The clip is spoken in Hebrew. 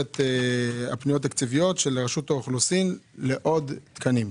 תקציביות של רשות האוכלוסין לעוד תקנים.